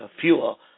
fuel